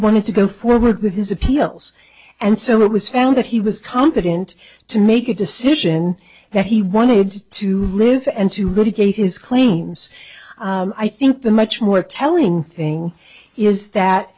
wanted to go forward with his appeals and so it was found that he was competent to make a decision that he wanted to live and to go to his claims i think the much more telling thing is that